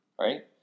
Right